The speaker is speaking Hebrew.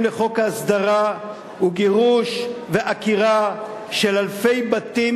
לחוק ההסדרה היא גירוש ועקירה של אלפי בתים,